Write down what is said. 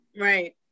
Right